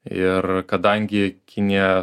ir kadangi kinija